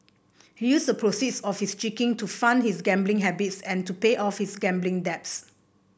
he used the proceeds of his cheating to fund his gambling habits and to pay off his gambling debts